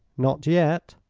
not yet.